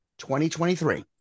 2023